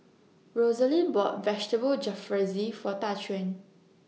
Rosalind bought Vegetable Jalfrezi For Daquan